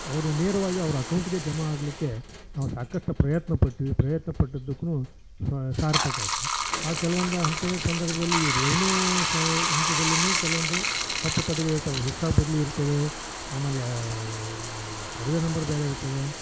ಅವರು ನೇರವಾಗಿ ಅವ್ರ ಅಕೌಂಟಿಗೆ ಜಮಾ ಆಗಲಿಕ್ಕೆ ನಾವು ಸಾಕಷ್ಟು ಪ್ರಯತ್ನ ಪಟ್ವಿ ಪ್ರಯತ್ನ ಪಟ್ಟದ್ದಕ್ಕೂ ಸಾರ್ಥಕ ಆಯಿತು ಆ ಕೆಲವೊಂದು ಅಂತಹ ಸಂದರ್ಭದಲ್ಲೀ ಈ ರೆವೆನ್ಯೂ ಸಹ ಹಂತದಲ್ಲಿಯೂ ಕೆಲವೊಂದು ತಪ್ಪು ತಡೆಗಳು ಇರ್ತಾವು ಹಿಸ್ಸಾ ಬದಲಿ ಇರ್ತದೇ ಆಮೇಲೇ ಸರ್ವೆ ನಂಬರ್ ಬೇರೆ ಇರ್ತದೆ